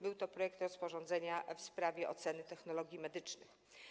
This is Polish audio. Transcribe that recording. Był to projekt rozporządzenia w sprawie oceny technologii medycznych.